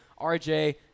RJ